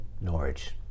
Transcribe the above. Norwich